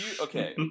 Okay